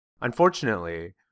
Unfortunately